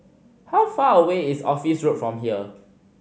how far away is Office Road from here